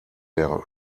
der